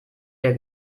der